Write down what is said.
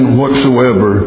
whatsoever